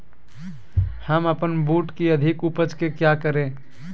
हम अपन बूट की अधिक उपज के क्या करे?